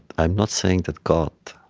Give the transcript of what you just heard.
i'm not saying that god,